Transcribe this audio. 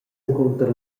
encunter